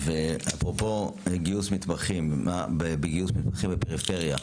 אפרופו גיוס מתמחים, בגיוס מתמחים בפריפריה,